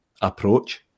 approach